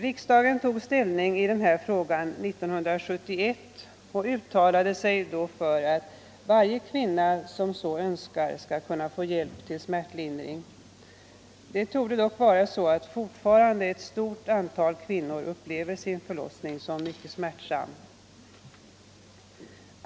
Riksdagen tog ställning i den här frågan 1971 och uttalade sig då för att varje kvinna som så önskar skall kunna få hjälp till smärtlindring. Fortfarande torde dock ett mycket stort antal kvinnor uppleva sin förlossning som mycket smärtsam.